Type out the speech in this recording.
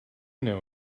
know